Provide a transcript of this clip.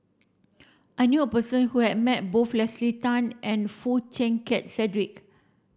I knew a person who has met both Leslie Tay and Foo Chee Keng Cedric